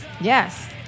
Yes